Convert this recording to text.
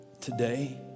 today